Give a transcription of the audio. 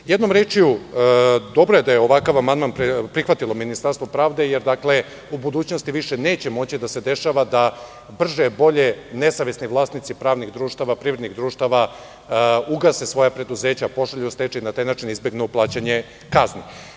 Jednom rečju, dobro je da je ovakav amandman prihvatilo Ministarstvo pravde, jer u budućnosti više neće moći da se dešava da brže bolje nesavesni vlasnici pravnih društava, privrednih društava ugase svoja preduzeća, pošalju u stečaj i na taj način izbegnu plaćanje kazni.